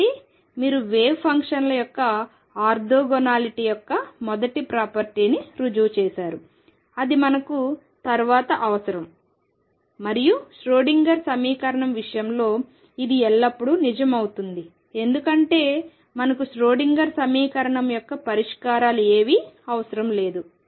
కాబట్టి మీరు వేవ్ ఫంక్షన్ల యొక్క ఆర్తోగోనాలిటీ యొక్క మొదటి ప్రాపర్టీని రుజువు చేసారు అది మనకు తరువాత అవసరం మరియు ష్రోడింగర్ సమీకరణం విషయంలో ఇది ఎల్లప్పుడూ నిజం అవుతుంది ఎందుకంటే మనకు ష్రోడింగర్ సమీకరణం యొక్క పరిష్కారాలు ఏమీ అవసరం లేదు